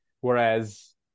whereas